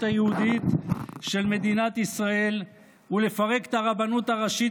היהודית של מדינת ישראל ולפרק את הרבנות הראשית